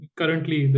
currently